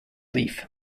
leaf